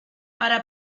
para